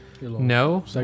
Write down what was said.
no